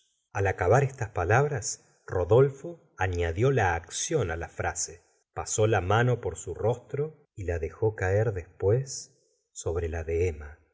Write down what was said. al acabar estas palabras rodolfo añadió la ac la señora de bovary la frase pasó la mano por su rostro y la ción dejó caer después sobre la de